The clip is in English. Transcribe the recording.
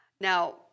Now